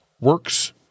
works